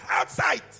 outside